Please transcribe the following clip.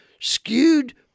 skewed